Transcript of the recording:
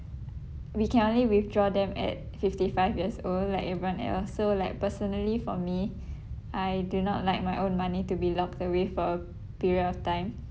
we can only withdraw them at fifty five years old like everyone else so like personally for me I do not like my own money to be locked away for a period of time